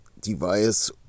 device